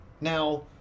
Now